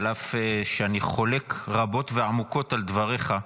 אף שאני חולק רבות ועמוקות על דבריך,